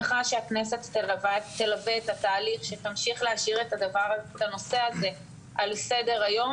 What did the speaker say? שהכנסת תלווה את התהליך ושהיא תמשיך להשאיר את הנושא הזה על סדר-היום